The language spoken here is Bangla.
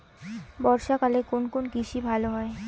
বর্ষা কালে কোন কোন কৃষি ভালো হয়?